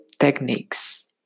techniques